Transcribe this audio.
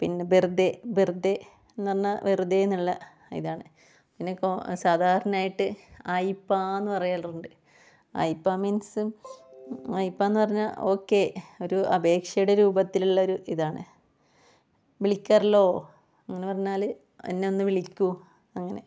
പിന്നെ ബെർതെ ബെർതെ എന്ന് പറഞ്ഞ വെറുതേന്നുള്ള ഇതാണ് പിന്നെ കോ സാധാരണയായിട്ട് ആയിപ്പാന്ന് പറയലുണ്ട് ആയിപ്പാ മീൻസ് ആയിപ്പാന്ന് പറഞ്ഞാൽ ഓക്കെ ഒരു അപേക്ഷയുടെ രൂപത്തിലുള്ള ഒര് ഇതാണ് വിളിക്കർലോ അങ്ങനെ പറഞ്ഞാല് എന്നെ ഒന്ന് വിളിക്കുവോ അങ്ങനെ